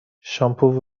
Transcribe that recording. شامپو